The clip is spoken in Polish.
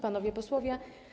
Panowie Posłowie!